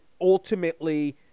ultimately